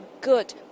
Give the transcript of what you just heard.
good